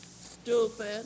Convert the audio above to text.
stupid